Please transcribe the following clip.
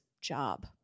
job